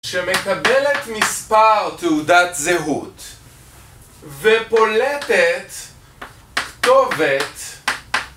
שמקבלת מספר תעודת זהות ופולטת כתובת